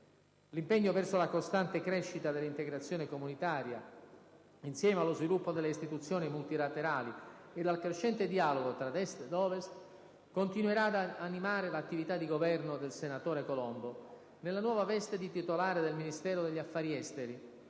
L'impegno verso la costante crescita dell'integrazione comunitaria, insieme allo sviluppo delle istituzioni multilaterali ed al crescente dialogo tra Est ed Ovest, continuerà ad animare l'attività di Governo del senatore Colombo, nella nuova veste di titolare del Ministero degli affari esteri,